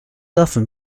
often